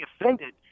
offended